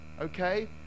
Okay